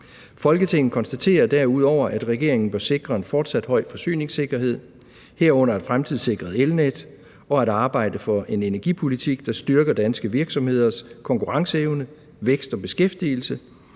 Folketinget konstaterer derudover, at regeringen bør sikre en fortsat høj forsyningssikkerhed, herunder et fremtidssikret elnet, og at arbejde for en energipolitik, der styrker danske virksomheders konkurrenceevne, vækst og beskæftigelse